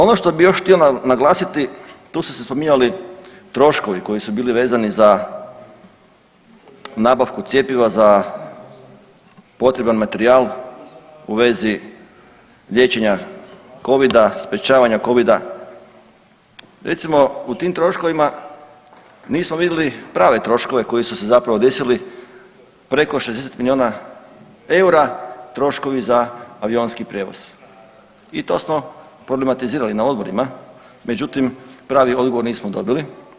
Ono što bih još htio naglasiti, tu su se spominjali troškovi koji su bili vezani za nabavku cjepiva za potreban materijal u vezi liječenja covida, sprečavanje covida, recimo u tim troškovima nismo vidjeli prave troškove koji su se zapravo desili preko 60 milijuna eura troškovi za avionski prijevoza i to smo problematizirali na odborima, međutim pravi odgovor nismo dobili.